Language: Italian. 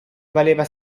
valeva